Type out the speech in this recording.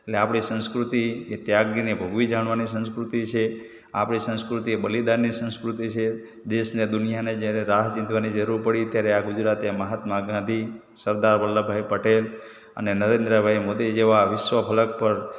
એટલે આપણી સંસ્કૃતિ એ ત્યાગી અને ભોગવી જાણવાની સંસ્કૃતિ છે આપણી સંસ્કૃતિ એ બલિદાનની સંસ્કૃતિ છે દેશ અને દુનિયાને જયારે રાહ ચીંધવાની જરૂર પડી ત્યારે આ ગુજરાતે મહાત્મા ગાંધી સરદાર વલ્લભભાઈ પટેલ અને નરેન્દ્રભાઈ મોદી જેવા વિશ્વ ફલક પર